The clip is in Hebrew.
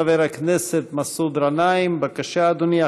חבר הכנסת מסעוד גנאים, בבקשה, אדוני.